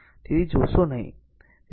તેથી તે જોશો નહીં